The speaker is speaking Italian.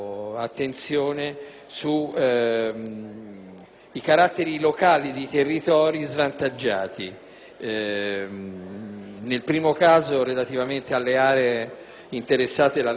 caratteri locali di territori svantaggiati, nel primo caso, relativamente alle aree interessate dall'estrazione degli oli minerali, che